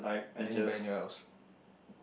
then you buy new house